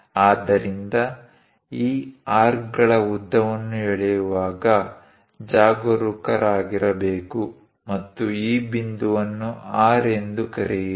ಆದ್ದರಿಂದ ಈ ಆರ್ಕ್ಗಳ ಉದ್ದವನ್ನು ಎಳೆಯುವಾಗ ಜಾಗರೂಕರಾಗಿರಬೇಕು ಮತ್ತು ಈ ಬಿಂದುವನ್ನು R ಎಂದು ಕರೆಯಿರಿ